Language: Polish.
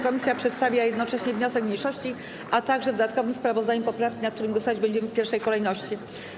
Komisja przedstawia jednocześnie wniosek mniejszości, a także w dodatkowym sprawozdaniu poprawki, nad którymi głosować będziemy w pierwszej kolejności.